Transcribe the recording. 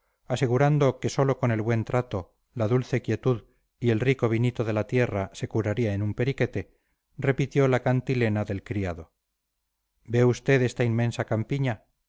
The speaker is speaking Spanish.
asegurando que sólo con el buen trato la dulce quietud y el rico vinito de la tierra se curaría en un periquete repitió la cantilena del criado ve usted esta inmensa campiña